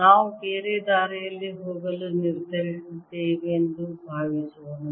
ನಾವು ಬೇರೆ ದಾರಿಯಲ್ಲಿ ಹೋಗಲು ನಿರ್ಧರಿಸಿದ್ದೇವೆಂದು ಭಾವಿಸೋಣ